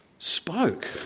spoke